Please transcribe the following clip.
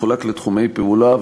מחולק לתחומי פעולה,